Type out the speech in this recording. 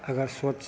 अगर सोच